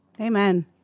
Amen